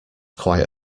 quite